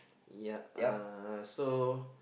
ya uh so